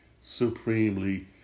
supremely